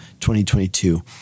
2022